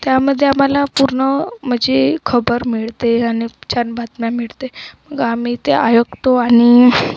त्यामध्ये आम्हाला पूर्ण म्हणजे खबर मिळते आणि छान बातम्या मिळते मग आम्ही ते ऐकतो आणि